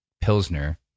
Pilsner